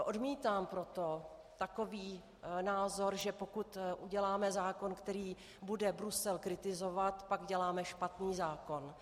Odmítám proto takový názor, že pokud uděláme takový zákon, který bude Brusel kritizovat, pak děláme špatný zákon.